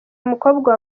umukobwa